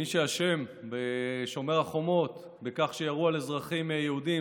מי שאשם בשומר החומות בכך שירו על אזרחים יהודים,